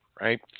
Right